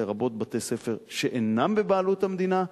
לרבות בתי-ספר שאינם בבעלות המדינה,